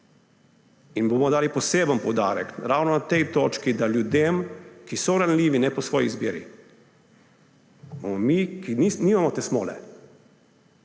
In bomo dali poseben poudarek ravno na tej točki, da bomo ljudem, ki so ranljivi, ne po svoji izbiri, mi, ki nimamo te smole